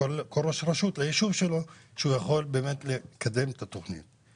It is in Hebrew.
כל ראש רשות ליישוב שלו כשהוא יכול באמת לקדם את התכנית.